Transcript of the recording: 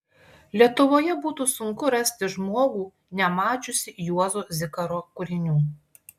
lietuvoje būtų sunku rasti žmogų nemačiusį juozo zikaro kūrinių